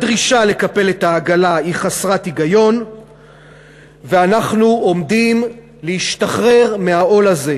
הדרישה לקפל את העגלה היא חסרת היגיון ואנחנו עומדים להשתחרר מהעול הזה,